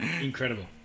Incredible